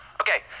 Okay